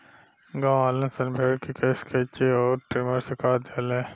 गांववालन सन भेड़ के केश कैची अउर ट्रिमर से काट देले